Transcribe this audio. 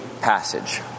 passage